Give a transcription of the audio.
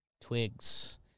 twigs